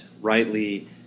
rightly